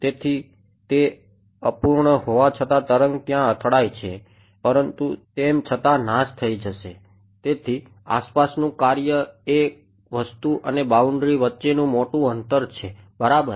તેથી તે અપૂર્ણ હોવા છતાં તરંગ ત્યાં અથડાય છે પરંતુ તેમ છતાં નાશ થઈ જશે તેથી આસપાસનું કાર્ય એ વસ્તુ અને બાઉન્ડ્રી વચ્ચેનું મોટું અંતર છે બરાબર